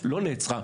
לא נעצרה,